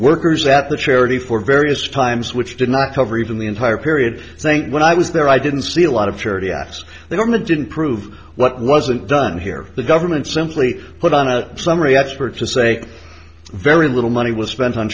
workers at the charity for various times which did not cover even the entire period saying when i was there i didn't see a lot of charity ask the government didn't prove what wasn't done here the government simply put on a summary expert to say very little money was spent on